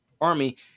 army